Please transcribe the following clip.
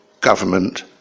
government